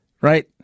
right